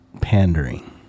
Pandering